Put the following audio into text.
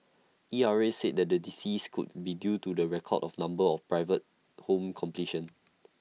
E R A said the decrease could be due to the record of number of private home completions